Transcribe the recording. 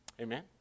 Amen